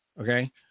okay